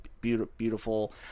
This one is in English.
beautiful